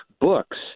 books